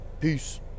Peace